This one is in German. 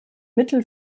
mittel